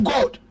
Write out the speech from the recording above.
God